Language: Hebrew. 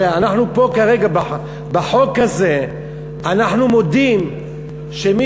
הרי אנחנו פה כרגע בחוק הזה מודים שמי